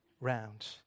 round